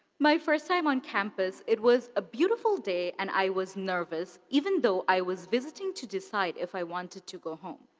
my first time on campus, it was a beautiful day and i was nervous, even though i was visiting to decide if i wanted to go home.